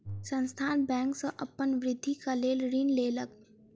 संस्थान बैंक सॅ अपन वृद्धिक लेल ऋण लेलक